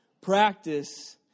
practice